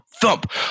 thump